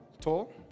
tall